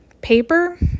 paper